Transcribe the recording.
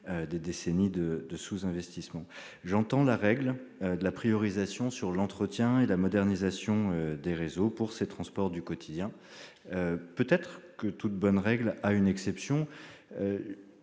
des décennies de sous-investissement. Je comprends la règle de la priorisation sur l'entretien et la modernisation des réseaux pour les transports du quotidien, mais peut-être que toute bonne règle a son exception